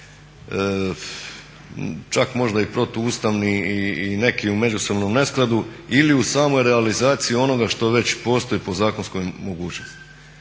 čak možda i protuustavni i neki u međusobnom neskladu ili u samoj realizaciji onoga što već postoji po zakonskoj mogućnosti.